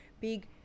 big